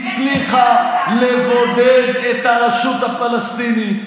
הצליחה לבודד את הרשות הפלסטינית,